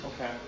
Okay